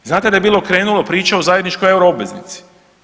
Znate da je bilo krenulo priče o zajedničkoj euro obveznici.